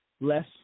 less